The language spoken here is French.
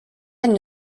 une